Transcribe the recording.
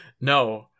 No